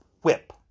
whip